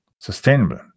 sustainable